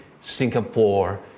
Singapore